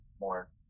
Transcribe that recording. more